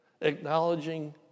acknowledging